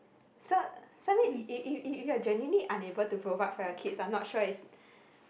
so I mean if you're genuinely unable to provide for your kids I'm not sure it's